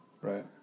Right